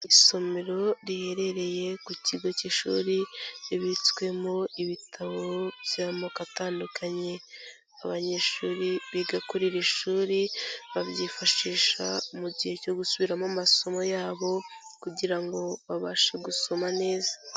Isomero riherereye ku kigo cy'ishuri ribitswemo ibitabo by'amoko atandukanye, abanyeshuri biga kuri iri shuri babyifashisha mu gihe cyo gusubiramo amasomo yabo, kugira ngo babashe gusoma neza.